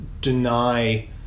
deny